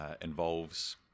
involves